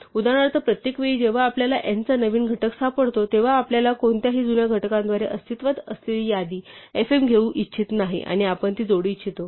उदाहरणार्थ प्रत्येक वेळी जेव्हा आपल्याला n चा नवीन घटक सापडतो तेव्हा आपल्याला कोणत्याही जुन्या घटकाद्वारे अस्तित्वात असलेली यादी fm घेऊ इच्छित नाही आणि आपण ती जोडू इच्छितो